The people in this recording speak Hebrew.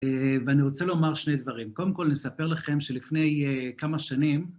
ואני רוצה לומר שני דברים. קודם כל, נספר לכם שלפני כמה שנים,